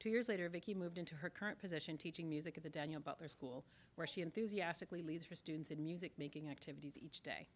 two years later vicki moved into her current position teaching music at the daniel about their school where she enthusiastically leads for students in music making activities each day